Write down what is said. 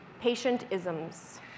Patient-isms